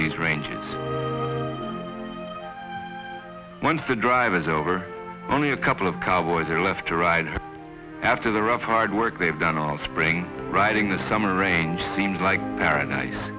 these ranges once the drivers over only a couple of cowboys are left to ride herd after the rough hard work they've done on spring riding this summer range seems like paradise